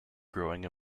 growing